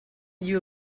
you